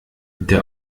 der